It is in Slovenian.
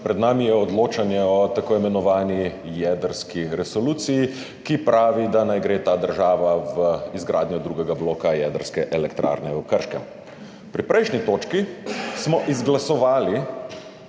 Pred nami je odločanje o tako imenovani jedrski resoluciji, ki pravi, da naj gre ta država v izgradnjo drugega bloka jedrske elektrarne v Krškem. Pri prejšnji točki smo izglasovali,